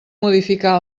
modificar